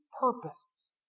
purpose